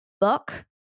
book